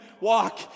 walk